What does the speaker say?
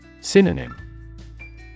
Synonym